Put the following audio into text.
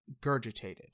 gurgitated